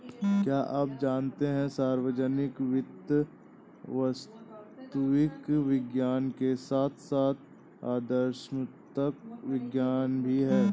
क्या आप जानते है सार्वजनिक वित्त वास्तविक विज्ञान के साथ साथ आदर्शात्मक विज्ञान भी है?